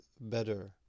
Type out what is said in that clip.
better